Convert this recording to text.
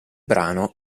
brano